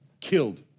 killed